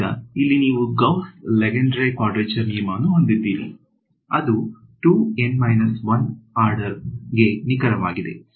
ಈಗ ಇಲ್ಲಿ ನೀವು ಗೌಸ್ ಲೆಂಗೆಡ್ರೆ ಕ್ವಾಡ್ರೇಚರ್ ನಿಯಮವನ್ನು ಹೊಂದಿದ್ದೀರಿ ಅದು 2 N 1 ನ ಆರ್ಡರ್ ಗೆ ನಿಖರವಾಗಿದೆ